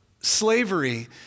slavery